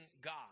God